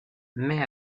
mais